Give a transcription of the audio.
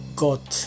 got